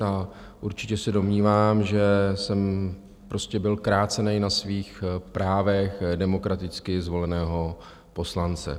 A určitě se domnívám, že jsem prostě byl krácen na svých právech demokraticky zvoleného poslance.